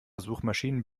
suchmaschinen